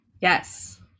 Yes